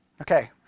Okay